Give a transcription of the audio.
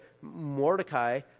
Mordecai